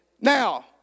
now